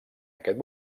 aquest